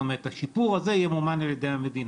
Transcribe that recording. זאת אומרת, השיפור הזה ימומן על ידי המדינה.